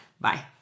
Bye